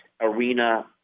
arena